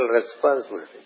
responsibility